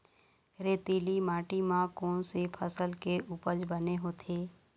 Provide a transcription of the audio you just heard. रेतीली माटी म कोन से फसल के उपज बने होथे?